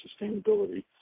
sustainability